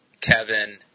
Kevin